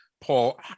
Paul